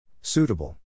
Suitable